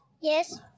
Yes